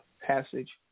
passage